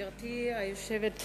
גברתי היושבת בראש,